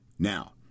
Now